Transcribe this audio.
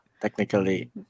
technically